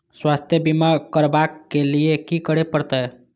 स्वास्थ्य बीमा करबाब के लीये की करै परतै?